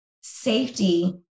safety